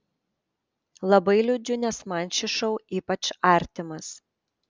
labai liūdžiu nes man šis šou ypač artimas